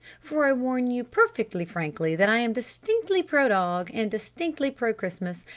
for i warn you perfectly frankly that i am distinctly pro-dog and distinctly pro-christmas,